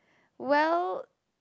well